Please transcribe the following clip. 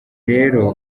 rero